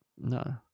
No